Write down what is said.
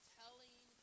telling